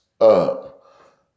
up